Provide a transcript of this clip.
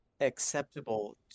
acceptable